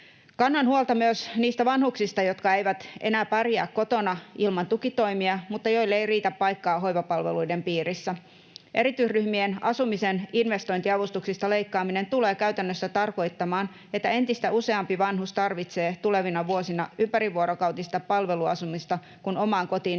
Kannan huolta myös niistä vanhuksista, jotka eivät enää pärjää kotona ilman tukitoimia mutta joille ei riitä paikkaa hoivapalveluiden piirissä. Erityisryhmien asumisen investointiavustuksista leikkaaminen tulee käytännössä tarkoittamaan, että entistä useampi vanhus tarvitsee tulevina vuosina ympärivuorokautista palveluasumista, kun omaan kotiin ei